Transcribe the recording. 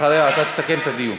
אתה תסכם את הדיון.